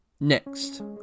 Next